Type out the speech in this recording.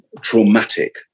traumatic